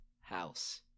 house